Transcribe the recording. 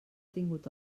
tingut